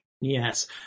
Yes